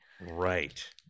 Right